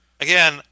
Again